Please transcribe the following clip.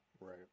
Right